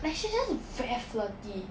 like she just very flirty